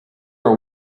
are